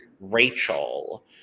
Rachel